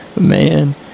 man